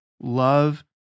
love